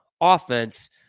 offense